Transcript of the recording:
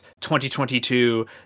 2022